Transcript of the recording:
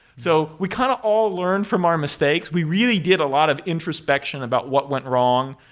so we kind of all learn from our mistakes. we really get a lot of introspection about what went wrong,